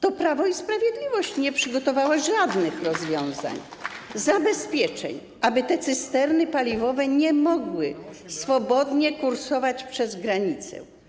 To Prawo i Sprawiedliwość nie przygotowało żadnych rozwiązań, zabezpieczeń, tak aby te cysterny paliwowe nie mogły swobodnie kursować przez granicę.